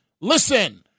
Listen